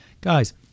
Guys